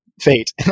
fate